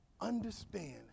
Understand